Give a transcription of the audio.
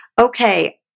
okay